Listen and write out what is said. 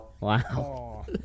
Wow